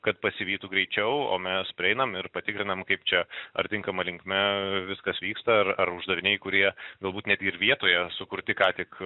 kad pasivytų greičiau o mes prieinam ir patikrinam kaip čia ar tinkama linkme viskas vyksta ar uždaviniai kurie galbūt netgi ir vietoje sukurti ką tik